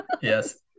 Yes